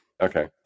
Okay